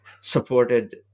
supported